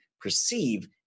perceive